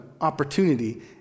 opportunity